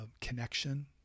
connection